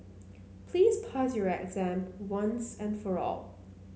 please pass your exam once and for all